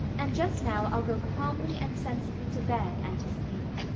and just now i'll go calmly and sensibly to bed and to sleep.